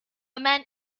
man